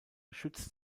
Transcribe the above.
schützt